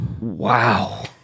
Wow